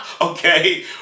Okay